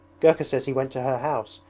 gurka says he went to her house.